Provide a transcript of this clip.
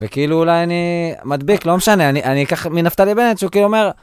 וכאילו אולי אני מדביק, לא משנה, אני אקח מנפתלי בנט שהוא כאילו אומר...